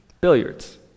billiards